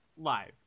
live